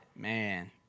Man